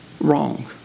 wrong